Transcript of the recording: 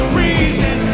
reason